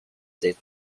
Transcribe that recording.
this